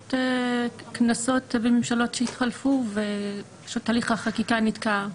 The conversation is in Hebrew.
כנסות וממשלות שהתחלפו ופשוט הליך החקיקה נתקע.